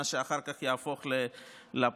מה שאחר כך יהפוך ללפ"מ,